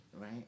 right